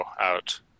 out